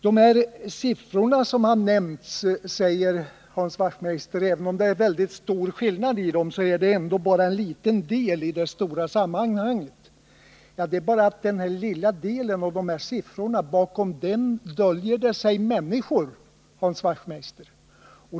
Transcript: De siffror som har nämnts är ändå, säger Hans Wachtmeister, även om det är stor skillnad mellan dem, bara en liten del i det stora sammanhanget. Ja, men bakom den lilla delen, de här siffrorna, döljer sig människor.